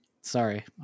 Sorry